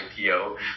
IPO